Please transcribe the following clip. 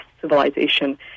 civilization